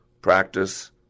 practice